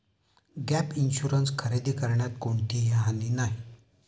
gap insurance खरेदी करण्यात कोणतीही हानी नाही